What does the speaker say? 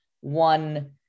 one